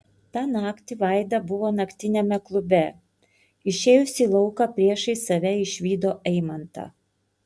tą naktį vaida buvo naktiniame klube išėjusi į lauką priešais save išvydo eimantą